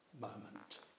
moment